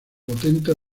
potente